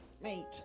Mate